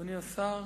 אדוני השר,